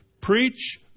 Preach